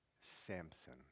Samson